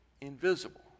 invisible